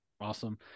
Awesome